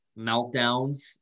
meltdowns